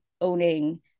owning